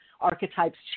archetypes